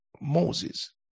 Moses